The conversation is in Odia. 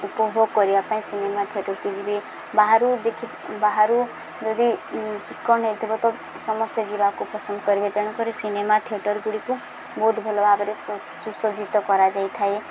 ଉପଭୋଗ କରିବା ପାଇଁ ସିନେମା ଥିଏଟରକୁ ଯିବେ ବାହାରୁ ଦେଖି ବାହାରୁ ଯଦି ଚିକ୍କଣ ହୋଇଥିବ ତ ସମସ୍ତେ ଯିବାକୁ ପସନ୍ଦ କରିବେ ତେଣୁକରି ସିନେମା ଥିଏଟର୍ଗୁଡ଼ିକୁ ବହୁତ ଭଲ ଭାବରେ ସୁସଜ୍ଜିତ କରାଯାଇଥାଏ